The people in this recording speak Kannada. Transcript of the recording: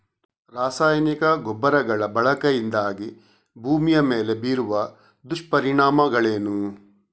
ರಾಸಾಯನಿಕ ಗೊಬ್ಬರಗಳ ಬಳಕೆಯಿಂದಾಗಿ ಭೂಮಿಯ ಮೇಲೆ ಬೀರುವ ದುಷ್ಪರಿಣಾಮಗಳೇನು?